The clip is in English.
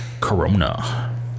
Corona